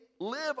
live